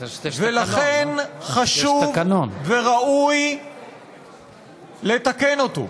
ולכן חשוב וראוי לתקן אותו.